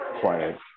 quiet